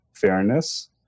Fairness